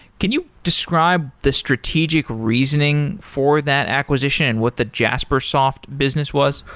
can you describe the strategic reasoning for that acquisition and what the jaspersoft business was?